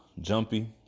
jumpy